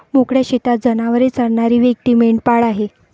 मोकळ्या शेतात जनावरे चरणारी व्यक्ती मेंढपाळ आहे